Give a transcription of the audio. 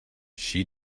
she